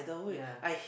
ya